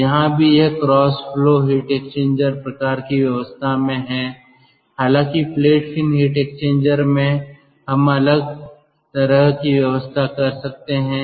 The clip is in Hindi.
तो यहां भी यह क्रॉस फ्लो हीट एक्सचेंजर प्रकार की व्यवस्था में है हालांकि प्लेट फिन हीट एक्सचेंजर में हम अलग तरह की व्यवस्था कर सकते हैं